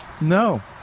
No